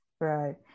Right